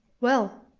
well,